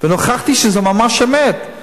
ונוכחתי שזה ממש אמת.